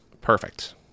Perfect